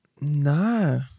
No